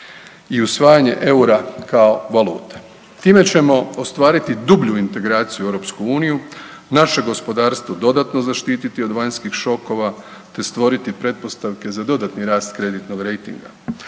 i usvajanje eura kao valute, time ćemo ostvariti dublju integraciju u EU, naše gospodarstvo dodatno zaštititi od vanjskih šokova te stvoriti pretpostavke za dodatni rast kreditnoj rejtinga.